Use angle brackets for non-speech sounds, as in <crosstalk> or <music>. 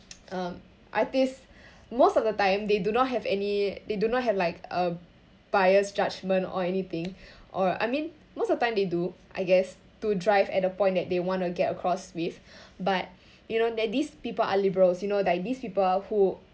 <noise> um artist most of the time they do not have any they do not have like uh biased judgement or anything or I mean most of time they do I guess to drive at the point that they want to get across with <breath> but you know that these people are liberals you know like these people who